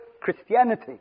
Christianity